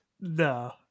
No